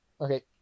Okay